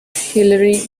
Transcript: hilary